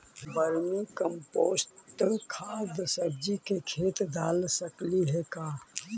Vermi compost खाद सब्जी के खेत दाल सकली हे का?